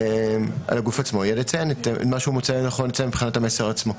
על הגוף עצמו יהיה לציין את מה שהוא מוצא לנכון לציין מבחינת המסר עצמו.